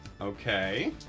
Okay